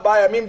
ארבעה ימים,